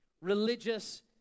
religious